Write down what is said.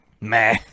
meh